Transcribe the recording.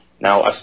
Now